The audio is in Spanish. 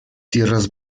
tierras